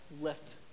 left